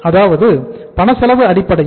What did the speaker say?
அதாவது பணச்செலவு அடிப்படையில்